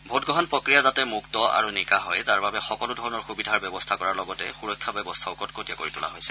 ভোটগ্ৰহণ প্ৰক্ৰিয়া যাতে মুক্ত আৰু নিকা হয় তাৰ বাবে সকলো ধৰণৰ সুবিধাৰ ব্যৱস্থা কৰাৰ লগতে সুৰক্ষা ব্যৱস্থাও কটকটীয়া কৰি তোলা হৈছে